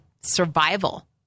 survival